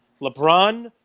LeBron